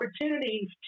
opportunities